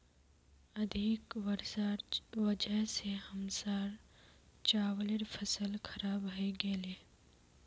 अधिक वर्षार वजह स हमसार चावलेर फसल खराब हइ गेले